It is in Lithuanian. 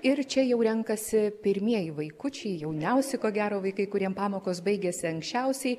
ir čia jau renkasi pirmieji vaikučiai jauniausi ko gero vaikai kuriem pamokos baigiasi anksčiausiai